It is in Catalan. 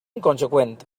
inconseqüent